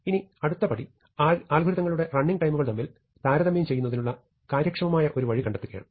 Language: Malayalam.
ഇനി നമ്മുടെ അടുത്തപടി അൽഗോരിതങ്ങളുടെ റണ്ണിങ് ടൈമുകൾ താരതമ്യം ചെയ്യുന്നതിനുള്ള കാര്യക്ഷമമായ ഒരു വഴി കണ്ടെത്തുകയാണ്